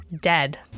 Dead